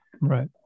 Right